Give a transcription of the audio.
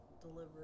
delivery